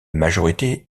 majorité